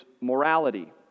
morality